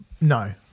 No